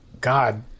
God